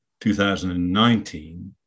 2019